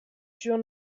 sure